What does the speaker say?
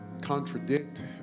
Contradict